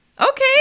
Okay